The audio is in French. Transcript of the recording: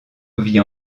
vit